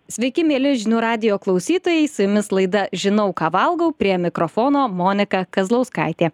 sveiki mieli žinių radijo klausytojai su jumis laida žinau ką valgau prie mikrofono monika kazlauskaitė